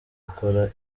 akora